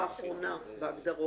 לשאלת מנהלת הוועדה,